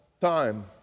time